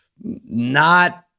not-